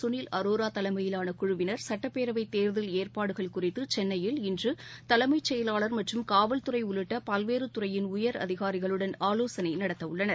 சுனில் அரோரா தலைமையிலான குழுவினர் சட்டப்பேரவை தேர்தல் ஏற்பாடுகள் குறித்து சென்னையில் இன்று தலைமைச் செயலாளர் மற்றும் காவல்துறை உள்ளிட்ட பல்வேறு துறையின் உயரதிகாரிகளுடன் ஆலோசனை நடத்தவுள்ளனர்